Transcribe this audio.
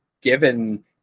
given